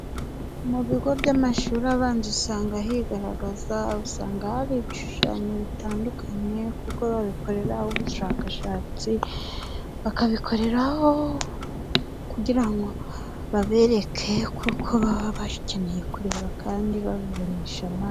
Mu bigo by'amashuri abanza usanga higaragaza, usanga hari ibishushanyo bitandukanye, kuko babikoreraho ubushakashatsi bakabikoreraho kugira ngo babereke, kuko baba bakeneye kubireba kandi babibonesha amaso.